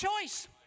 choice